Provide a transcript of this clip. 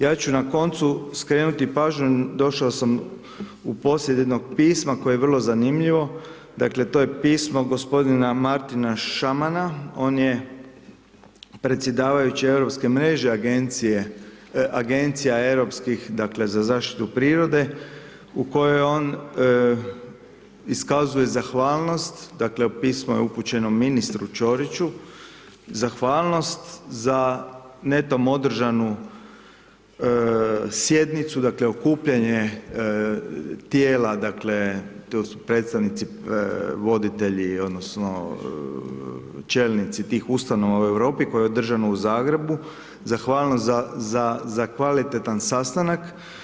Ja ću na koncu skrenuti pažnju, došao sam u posjed jednog pisma koje je vrlo zanimljivo, dakle to je pismo gospodina Martina Šamana, on je predsjedavajući europske mreže agencija europskih za zaštitu prirode u kojoj on iskazuje zahvalnost, dakle pismo je upućeno ministru Čoriću, zahvalnost za netom održanu sjednicu, dakle, okupljanje tijela, dakle to su predstavnici, voditelji odnosno čelnici tih ustanova u Europi koje je održano u Zagrebu, zahvalnost za kvalitetan sastanak.